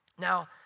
Now